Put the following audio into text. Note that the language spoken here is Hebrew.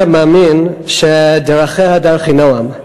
מאמין שדרכיה דרכי נועם,